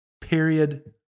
Period